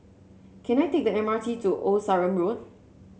can I take the M R T to Old Sarum Road